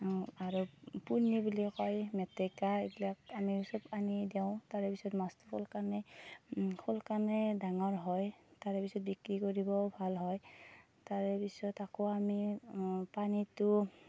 আৰু পূৰ্ণি বুলি কয় মেটেকা এইবিলাক আমি সব আনি দিওঁ তাৰে পিছত মাছ ধৰিবৰ কাৰণে সোনকালে ডাঙৰ হয় তাৰে পিছত বিক্ৰী কৰিবও ভাল হয় তাৰে পিছত আকৌ আমি পানীটো